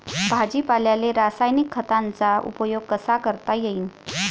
भाजीपाल्याले रासायनिक खतांचा उपयोग कसा करता येईन?